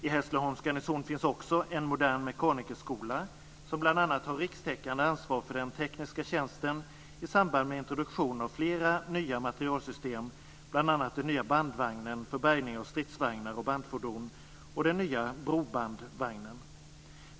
I Hässleholms garnison finns också en modern mekanikerskola, som bl.a. har rikstäckande ansvar för den tekniska tjänsten i samband med introduktion av flera nya materielsystem, bl.a. den nya bandvagnen för bärgning av stridsvagnar och bandfordon och den nya brobandvagnen.